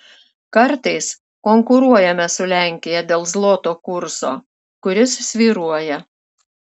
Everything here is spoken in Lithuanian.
kartais konkuruojame su lenkija dėl zloto kurso kuris svyruoja